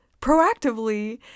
proactively